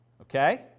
Okay